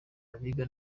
abiga